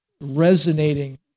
resonating